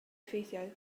effeithiau